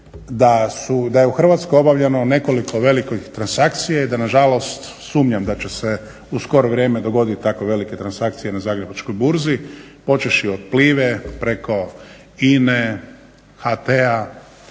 da je u Hrvatskoj obavljeno nekoliko velikih transakcija i da na žalost sumnjam da će se u skoro vrijeme dogoditi tako velike transakcije na Zagrebačkoj burzi počevši od Plive, preko INA-e, HT-a,